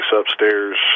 upstairs